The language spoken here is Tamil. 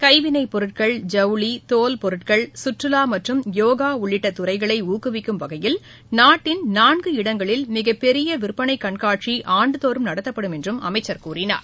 கைவினைப்பொருட்கள் ஜவளி தோல்பொருட்கள் கற்றுலா மற்றும் யோகா உள்ளிட்ட துறைகளை ஊக்குவிக்கும் வகையில் நாட்டின் நான்கு இடங்களில் மிக பெரிய விற்பனை கண்காட்சி ஆண்டுதோறும் நடத்தப்படும் என்று அமைச்சர் கூறினார்